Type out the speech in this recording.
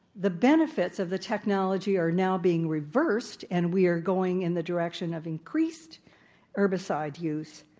the benefits of the technology are now being reversed, and we are going in the direction of increased herbicide use.